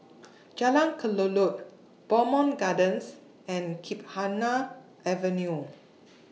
Jalan Kelulut Bowmont Gardens and Gymkhana Avenue